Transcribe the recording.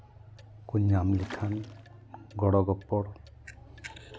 ᱠᱚ ᱧᱟᱢ ᱞᱮᱠᱷᱟᱱ ᱜᱚᱲᱚ ᱜᱚᱯᱚᱲ